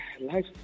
Life